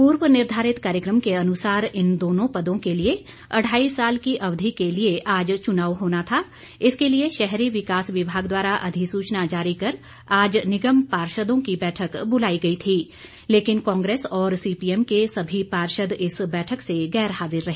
पूर्व निधारित कार्यक्रम के अनुसार इन दोनों पदों के लिए अढ़ाई साल की अवधि के लिए आज चुनाव होना था इसके लिए शहरी विकास विभाग द्वारा अधिसूचना जारी कर आज निगम पार्षदों की बैठक बुलाई गई थी लेकिन कांग्रेस और सीपीएम के सभी पार्षद इस बैठक से गैर हाज़िर रहे